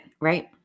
Right